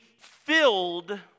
filled